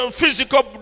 physical